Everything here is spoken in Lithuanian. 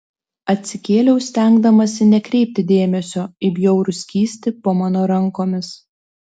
atsikėliau stengdamasi nekreipti dėmesio į bjaurų skystį po mano rankomis